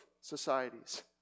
societies